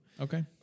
Okay